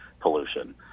pollution